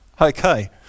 Okay